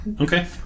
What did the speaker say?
Okay